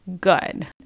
good